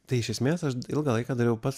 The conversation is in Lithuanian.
tai iš esmės aš ilgą laiką dariau pats